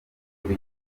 kuri